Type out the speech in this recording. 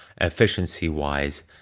efficiency-wise